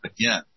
Again